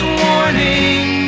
warning